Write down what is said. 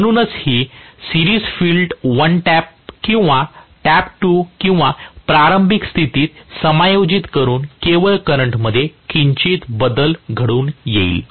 म्हणूनच ही series field 1 tap करून किंवा टॅप 2 किंवा प्रारंभिक स्थितीत समायोजित करुन केवळ करंट मध्ये किंचित बदल घडून येईल